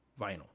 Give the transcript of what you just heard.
vinyl